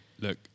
Look